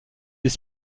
des